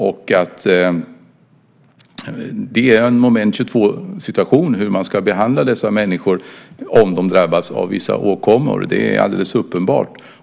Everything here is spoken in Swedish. Det blir alltså en moment 22-situation när det gäller hur man ska behandla dessa människor om de drabbas av vissa åkommor. Det är alldeles uppenbart.